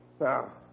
Now